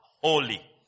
holy